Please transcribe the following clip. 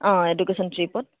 অঁ এডুকেশ্যন ট্ৰীপত